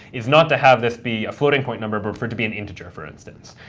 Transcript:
is not to have this be a floating point number, but for to be an integer, for instance.